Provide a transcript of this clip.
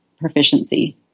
proficiency